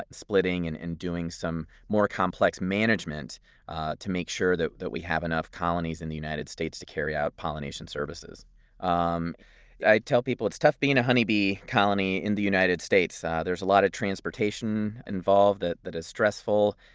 ah splitting and and doing some more complex management to make sure that that we have enough colonies in the united states to carry out pollination services um i tell people it's tough being a honey bee colony in the united states. ah there's a lot of transportation involved that that is stressful.